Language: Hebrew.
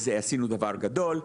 אז עשינו דבר גדול.